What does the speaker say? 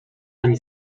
ani